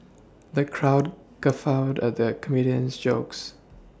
the crowd guffawed at the comedian's jokes